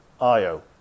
Io